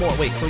wait.